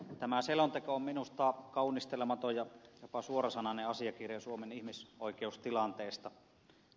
tämä selonteko on minusta kaunistelematon ja jopa suorasanainen asiakirja suomen ihmisoikeustilanteesta